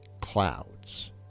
clouds